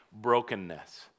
brokenness